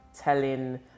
telling